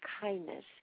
kindness